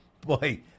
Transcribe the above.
boy